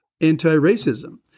Anti-racism